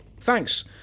Thanks